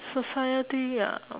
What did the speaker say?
society ah